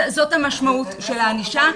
זאת המשמעות של הענישה.